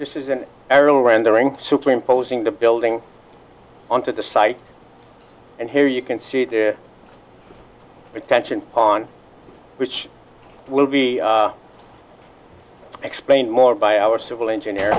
this is an aerial rendering superimposing the building on to the site and here you can see the attention on which will be explained more by our civil engineer